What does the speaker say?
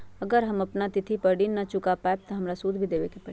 अगर हम अपना तिथि पर ऋण न चुका पायेबे त हमरा सूद भी देबे के परि?